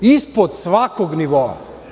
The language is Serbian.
Ispod svakog nivoa.